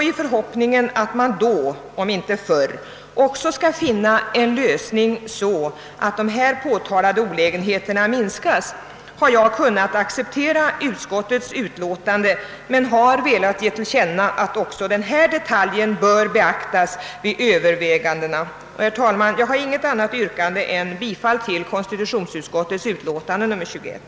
I förhoppningen att man då om inte förr också skall finna en lösning så att de här påtalade olägenheterna minskas har jag kunnat acceptera utskottets hemställan men har velat ge till känna att också denna detalj bör beaktas vid övervägandena. Herr talman! Jag har intet annat yrkande än om bifall till utskottets hemställan.